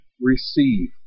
receive